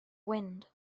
wind